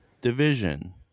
division